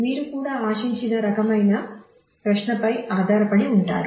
మీరు కూడా ఆశించిన రకమైన ప్రశ్నపై ఆధారపడి ఉంటారు